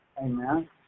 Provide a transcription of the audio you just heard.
Amen